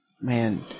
man